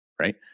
right